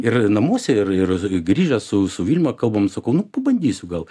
ir namuose ir ir grįžęs su su vilma kalbam sakau nu pabandysiu gal